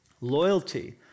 Loyalty